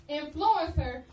influencer